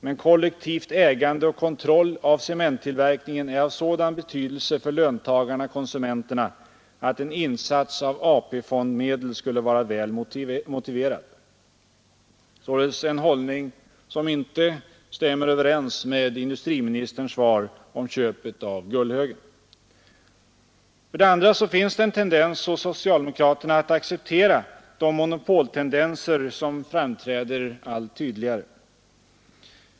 Men kollektivt ägande och kontroll av cementtillverkningen är av sådan betydelse för löntagarna/konsumenterna, att en insats av AP-medel skulle vara väl motiverad.” Det är således en hållning som inte stämmer överens För det andra finns det en tendens hos socialdemokraterna att acceptera de monopoltendenser som framträder allt tydligare.